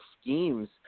schemes